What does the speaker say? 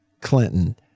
Clinton